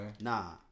Nah